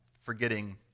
forgetting